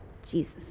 Jesus